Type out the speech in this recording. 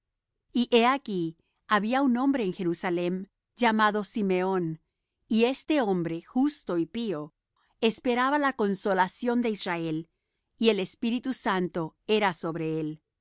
he aquí había un hombre en jerusalem llamado simeón y este hombre justo y pío esperaba la consolación de israel y el espíritu santo era sobre él